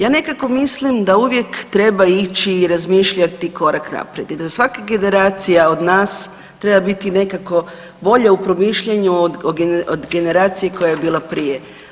Ja nekako mislim da uvijek treba ići i razmišljati korak naprijed i da svaka generacija od nas treba biti nekako bolja u promišljanju od generacija koja je bila prije.